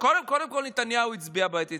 קודם כול נתניהו הצביע בעד ההתנתקות.